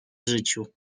życiu